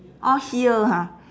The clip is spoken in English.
orh here ha